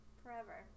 forever